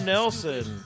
Nelson